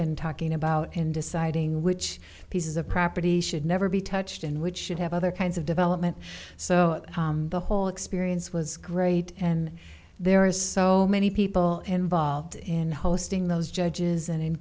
been talking about in deciding which pieces of property should never be touched and which should have other kinds of development so the whole experience was great and there is so many people involved in hosting those judges and